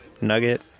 Nugget